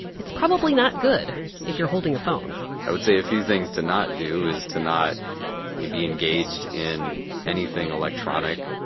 it's probably not good if you're holding a phone i would say a few things to not do is to not be engaged in anything electronic,